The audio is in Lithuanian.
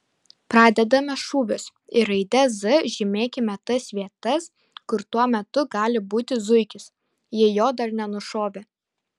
pradedame šūvius ir raide z žymėkime tas vietas kur tuo metu gali būti zuikis jei jo dar nenušovė